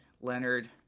leonard